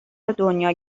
دنیا